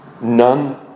none